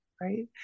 right